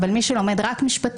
אבל מי שלומד רק משפטים,